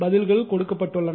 பதில்கள் கொடுக்கப்பட்டுள்ளன